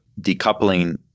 decoupling